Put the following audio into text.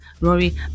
Rory